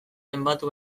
zenbatu